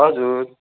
हजुर